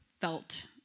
felt